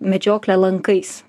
medžiokle lankais